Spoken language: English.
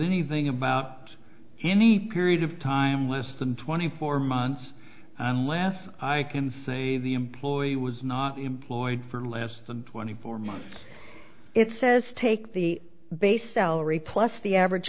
anything about any period of time less than twenty four months unless i can say the employee was not employed for less than twenty four months it says take the base salary plus the average